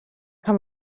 pam